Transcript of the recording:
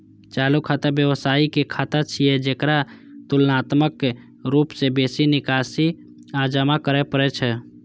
चालू खाता व्यवसायी के खाता छियै, जेकरा तुलनात्मक रूप सं बेसी निकासी आ जमा करै पड़ै छै